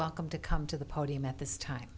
welcome to come to the podium at this time